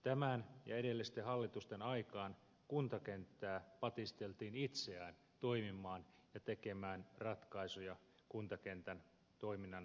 tämän ja edellisten hallitusten aikaan kuntakenttää patisteltiin itseään toimimaan ja tekemään ratkaisuja kuntakentän toiminnan kehittämiseksi